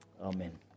amen